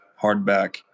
hardback